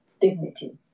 dignity